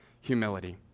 humility